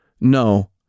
No